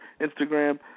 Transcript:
Instagram